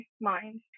mind